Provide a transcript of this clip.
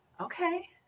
Okay